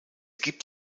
gibt